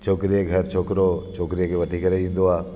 छोकिरी जे घरु छोकिरो छोकिरीअ खे वठी करे ईंदो आहे